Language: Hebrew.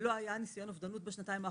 לא היה ניסיון אובדנות בשנתיים האחרונות,